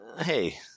hey